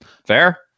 Fair